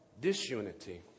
disunity